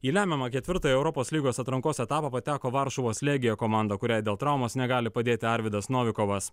į lemiamą ketvirtąjį europos lygos atrankos etapą pateko varšuvos legia komanda kuriai dėl traumos negali padėti arvydas novikovas